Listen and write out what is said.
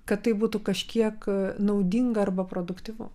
kad tai būtų kažkiek naudinga arba produktyvu